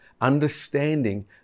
understanding